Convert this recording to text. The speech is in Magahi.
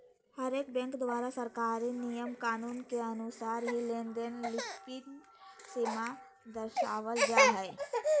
हरेक बैंक द्वारा सरकारी नियम कानून के अनुसार ही लेनदेन लिमिट सीमा दरसावल जा हय